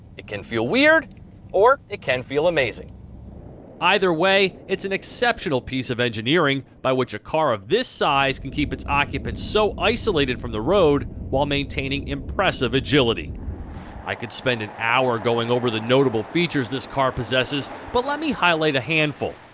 it can be weird or it can be amazing either way, it's an exceptional piece of engineering by which a car of this size can keep its occupants so isolated from the road while maintaining impressive agility i could spend an hour going over the notable features this car possesses but let me highlight a handful.